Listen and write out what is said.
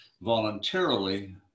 voluntarily